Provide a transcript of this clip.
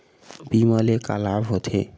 बीमा ले का लाभ होथे?